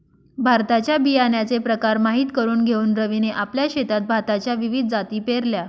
भाताच्या बियाण्याचे प्रकार माहित करून घेऊन रवीने आपल्या शेतात भाताच्या विविध जाती पेरल्या